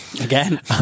Again